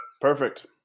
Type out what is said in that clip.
Perfect